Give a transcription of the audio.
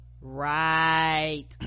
Right